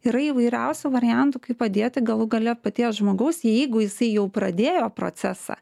yra įvairiausių variantų kaip padėti galų gale paties žmogaus jeigu jisai jau pradėjo procesą